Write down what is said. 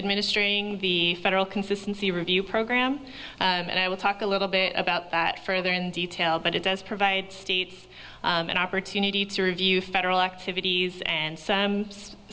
administering the federal consistency review program and i will talk a little bit about that further in detail but it does provide states an opportunity to review federal activities and